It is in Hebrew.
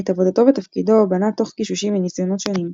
את עבודתו ותפקידו בנה תוך גישושים וניסיונות שונים.